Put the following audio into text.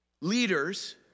leaders